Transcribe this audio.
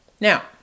Now